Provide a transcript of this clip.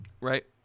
right